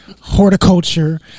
horticulture